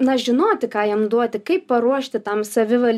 na žinoti ką jam duoti kaip paruošti tam savival